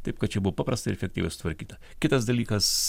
taip kad čia buvo paprasta ir efektyviai sutvarkyta kitas dalykas